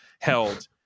held